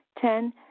Ten